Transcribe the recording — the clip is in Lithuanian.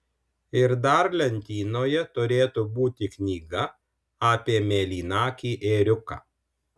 ir dar lentynoje turėtų būti knyga apie mėlynakį ėriuką